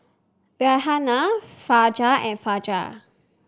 Raihana Fajar and Fajar